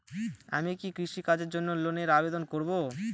আমি কি কৃষিকাজের জন্য লোনের আবেদন করব?